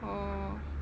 oh